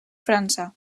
frança